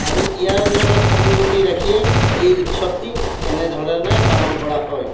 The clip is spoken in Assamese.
আৰু ইয়াৰ লগত সংগতি ৰাখিয়েই এই উৎসৱটি এনেধৰণে পালন কৰা হয়